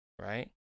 Right